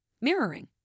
Mirroring